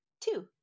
two